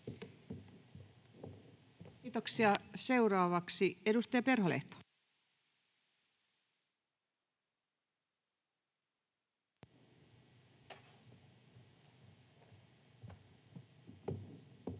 Kiitoksia. — Seuraavaksi edustaja Perholehto. [Speech